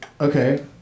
okay